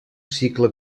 cicle